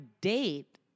date